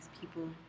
people